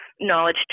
knowledge